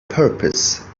purpose